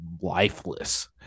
lifeless